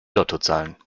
lottozahlen